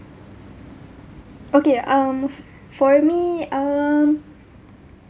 okay um f~ for me um